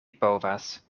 povas